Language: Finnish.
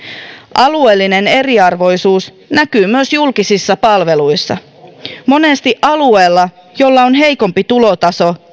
alueellinen eriarvoisuus näkyy myös julkisissa palveluissa monesti alueella jolla on heikompi tulotaso